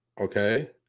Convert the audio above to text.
Okay